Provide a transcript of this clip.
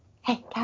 Hey